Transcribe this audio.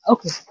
Okay